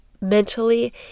mentally